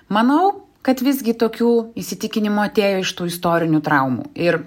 manau kad visgi tokių įsitikinimų atėjo iš tų istorinių traumų ir